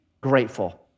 grateful